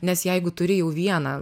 nes jeigu turi jau vieną